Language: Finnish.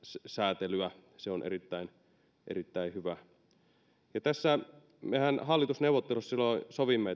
säätelyä on erittäin erittäin hyvä mehän hallitusneuvotteluissa silloin sovimme